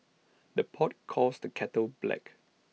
the pot calls the kettle black